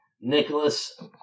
Nicholas